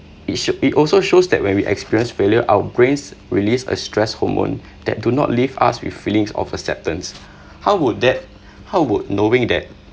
it showed it also showed that when we experience failure our brains released a stress hormone that do not leave us with feelings of acceptance how would that how would knowing that